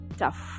tough